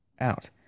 out